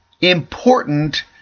important